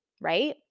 Right